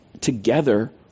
together